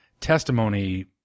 testimony